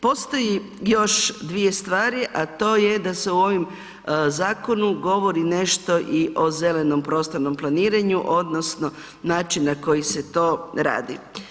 Postoji još dvije stvari a to je da se u ovom zakonu govori nešto i o zelenom prostornom planiranju odnosno način na koji se to radi.